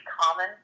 common